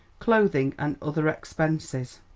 clothing and other expenses.